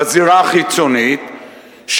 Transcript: בזירה החיצונית,